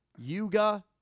Yuga